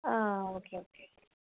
ആ okay okay